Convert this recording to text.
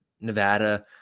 Nevada